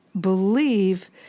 believe